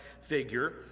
figure